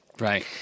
Right